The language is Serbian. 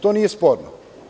To nije sporno.